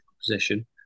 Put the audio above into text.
position